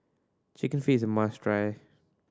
Chicken Feet is a must try